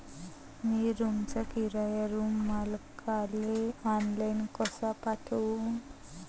मी रूमचा किराया रूम मालकाले ऑनलाईन कसा पाठवू?